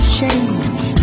change